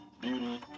beauty